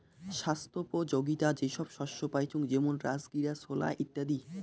ছাস্থ্যোপযোগীতা যে সব শস্য পাইচুঙ যেমন রাজগীরা, ছোলা ইত্যাদি